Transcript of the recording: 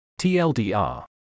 TLDR